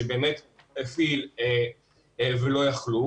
שבאמת הפעיל ולא יכלו.